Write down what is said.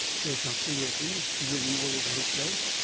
says doctor wilkins, grinning all over hisself.